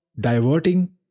diverting